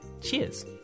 Cheers